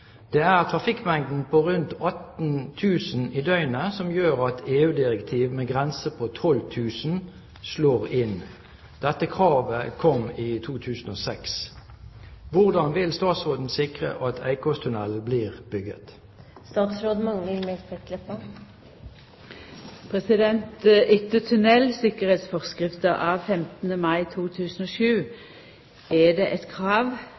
Det er trafikkmengden på rundt 18 000 i døgnet som gjør at EU-direktiv med grense på 12 000 slår inn. Dette kravet kom i 2006. Hvordan vil statsråden sikre at Eikåstunnelen blir bygget?» Etter tunneltryggleiksforskrifta av 15. mai 2007 er det eit krav